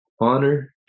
honor